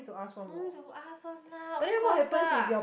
don't need to ask one lah of course ah